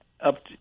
Up